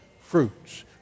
fruits